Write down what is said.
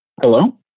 Hello